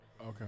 Okay